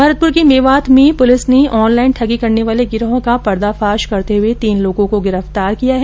भरतपुर के मेवात इलाके में पुलिस ने ऑनलाइन ठगी करने वाले गिरोह का पर्दाफाश करते हुए तीन लोगों को गिरफ्तार किया है